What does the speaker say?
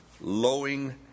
lowing